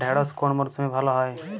ঢেঁড়শ কোন মরশুমে ভালো হয়?